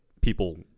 people